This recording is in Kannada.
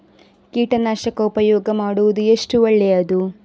ಕೀಟನಾಶಕ ಉಪಯೋಗ ಮಾಡುವುದು ಎಷ್ಟು ಒಳ್ಳೆಯದು?